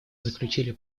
заключили